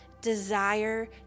desire